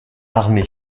armé